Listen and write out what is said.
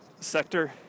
sector